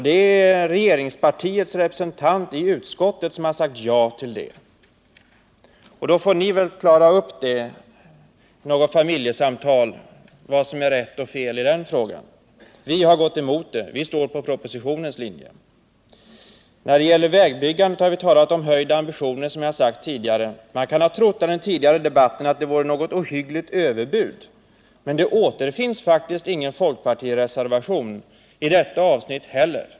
Det är regeringenspartiets representant i utskottet som har sagt ja till det, och ni får väl klara upp i något familjesamtal vad som är rätt och fel i den frågan. Vi har gått emot det förslaget. Vi går på propositionens linje. När det gäller vägbyggandet har vi talat om höjda ambitioner. Man skulle kunna tro efter att ha lyssnat till den tidigare debatten att det är fråga om något ohyggligt överbud, men det återfinns faktiskt ingen folkpartireservation i detta avsnitt heller.